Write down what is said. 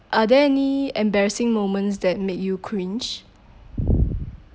are there any embarrassing moments that make you cringe